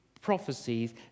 prophecies